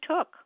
took